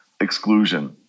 exclusion